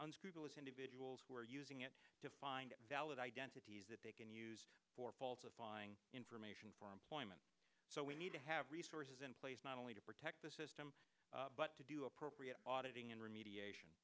nscrupulous individuals who are using it to find valid identities that they can use for falsifying information for employment so we need to have resources in place not only to protect the system but to do appropriate auditing and remediation